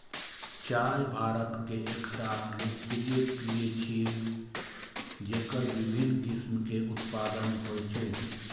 चाय भारत के एकटा लोकप्रिय पेय छियै, जेकर विभिन्न किस्म के उत्पादन होइ छै